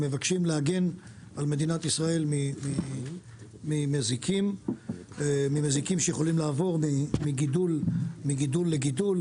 שמבקשים להגן על מדינת ישראל ממזיקים שיכולים לעבור מגידול לגידול,